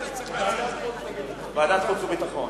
ועדת חוץ וביטחון.